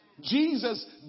Jesus